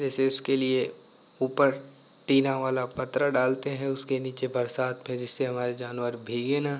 जैसे उसके लिए ऊपर टीना वाला पत्रा डालते हैं उसके नीचे बरसात पे जिससे हमारे जानवर भीगे ना